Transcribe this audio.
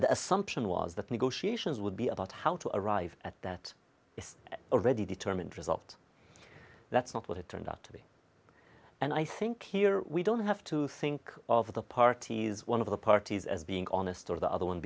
the assumption was that negotiations would be about how to arrive at that is already determined result that's not what it turned out to be and i think here we don't have to think of the parties one of the parties as being honest or the other one